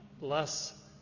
less